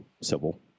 civil